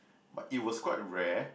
but it was quite rare